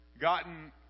gotten